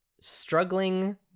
struggling